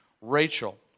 Rachel